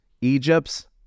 Egypt's